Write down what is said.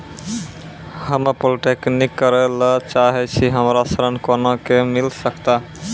हम्मे पॉलीटेक्निक करे ला चाहे छी हमरा ऋण कोना के मिल सकत?